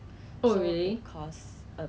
yeah somewhere during my